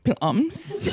Plums